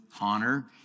honor